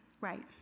right